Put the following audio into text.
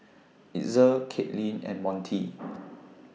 Itzel Caitlin and Montie